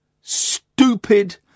stupid